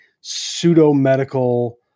pseudo-medical